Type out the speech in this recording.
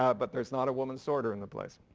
ah but there's not a woman sorter in the place.